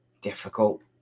difficult